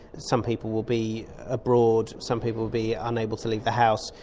some people will be abroad, some people will be unable to leave the house,